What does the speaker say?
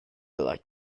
like